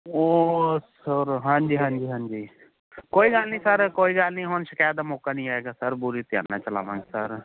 ਉਹ ਸਰ ਹਾਂਜੀ ਹਾਂਜੀ ਹਾਂਜੀ ਕੋਈ ਗੱਲ ਨੀ ਸਰ ਕੋਈ ਗੱਲ ਨੀ ਸਰ ਹੁਣ ਸ਼ਿਕੈਤ ਦਾ ਮੌਕਾ ਨੀ ਆਏਗਾ ਸਰ ਪੂਰੀ ਧਿਆਨ ਨਾਲ ਚਲਾਵਾਂਗੇ ਸਰ